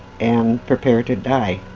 and prepare to die.